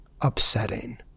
upsetting